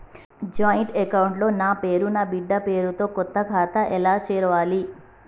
Joint account లో నా పేరు నా బిడ్డే పేరు తో కొత్త ఖాతా ఎలా తెరవాలి?